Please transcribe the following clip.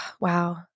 Wow